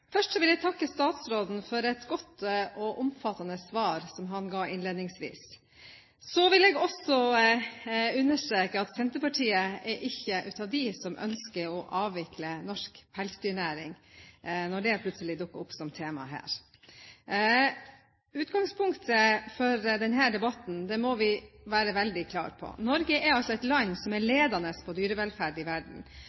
Først vil jeg takke statsråden for et godt og omfattende svar, som han ga innledningsvis. Så vil jeg også understreke, siden det plutselig dukket opp som et tema her, at Senterpartiet ikke er blant dem som ønsker å avvikle norsk pelsdyrnæring. Utgangspunktet for denne debatten må vi være veldig klar på. Norge er et land som er